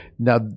Now